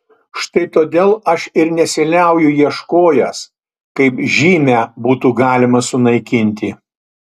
štai todėl aš ir nesiliauju ieškojęs kaip žymę būtų galima sunaikinti